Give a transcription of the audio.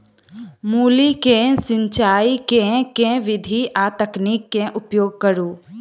मूली केँ सिचाई केँ के विधि आ तकनीक केँ उपयोग करू?